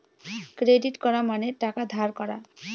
credit করা মানে টাকা ধার করা